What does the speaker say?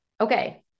okay